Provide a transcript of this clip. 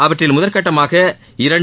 அவற்றில் முதல்கட்டமாக இரண்டு